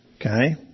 Okay